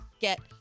get